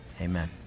Amen